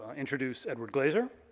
ah introduce edward glaser,